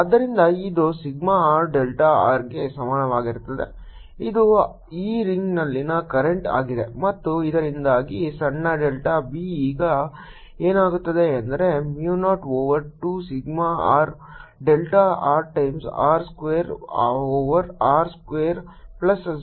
ಆದ್ದರಿಂದ ಇದು sigma r delta r ಗೆ ಸಮಾನವಾಗಿರುತ್ತದೆ ಇದು ಈ ರಿಂಗ್ನಲ್ಲಿನ ಕರೆಂಟ್ ಆಗಿದೆ ಮತ್ತು ಇದರಿಂದಾಗಿ ಸಣ್ಣ ಡೆಲ್ಟಾ b ಈಗ ಏನಾಗುತ್ತದೆ ಎಂದರೆ mu 0 over 2 sigma r delta r times r square over r square plus z square raise to 3 by 2 ಆಗಿರುತ್ತದೆ